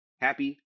happy